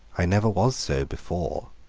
i never was so before.